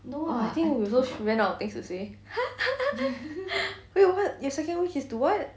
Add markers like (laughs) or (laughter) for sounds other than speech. I think we also ran out of things to say (laughs) wait what your second wish is to what